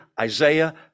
Isaiah